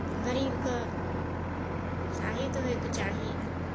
गरीबकेँ साहीत होयके चाही